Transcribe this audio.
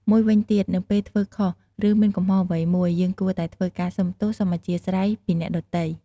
មួយវិញទៀតនៅពេលធ្វើខុស ឬ មានកំហុសអ្វីមួយ យើងគួរតែធ្វើការសុំទោស សុំំអធ្យាស្រ័យពីអ្នកដទៃ។